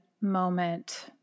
moment